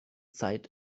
zeit